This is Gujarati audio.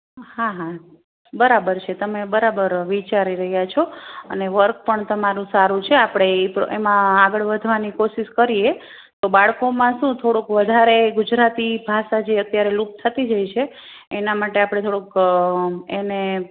હા હા બરાબર છે તમે બરાબર વિચારી રહ્યા છો અને વર્ક પણ તમારું સારું છે આપણે ઇ એમાં આગળ વધવાની કોશિશ કરીએ તો બાળકોમાં શું થોડોક વધારે ગુજરાતી ભાષા જે અત્યારે લુપ્ત થતી જાય છે એના માટે આપણે થોડુંક એને